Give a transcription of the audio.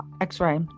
x-ray